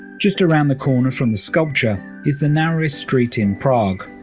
just around the corner from the sculpture is the narrowest street in prague,